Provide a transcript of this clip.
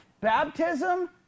baptism